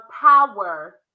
power